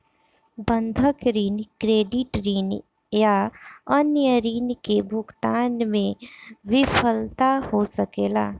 बंधक ऋण, क्रेडिट ऋण या अन्य ऋण के भुगतान में विफलता हो सकेला